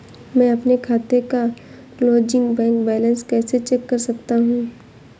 मैं अपने खाते का क्लोजिंग बैंक बैलेंस कैसे चेक कर सकता हूँ?